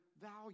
value